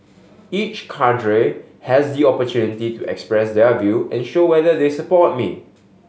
each cadre has the opportunity to express their view and show whether they support me